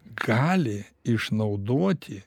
gali išnaudoti